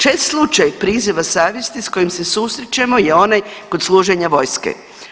Čest slučaj priziva savjesti s kojim se susrećemo je onaj kod služenja vojske.